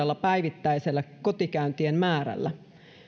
liian suurella päivittäisellä kotikäyntien määrällä